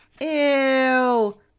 Ew